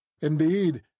Indeed